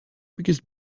biggest